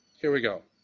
here we go.